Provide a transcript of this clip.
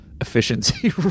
efficiency